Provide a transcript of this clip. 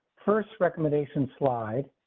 first recommendation slide.